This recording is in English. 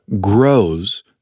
grows